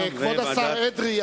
כבוד השר אדרי,